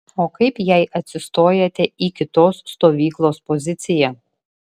o kaip jei atsistojate į kitos stovyklos poziciją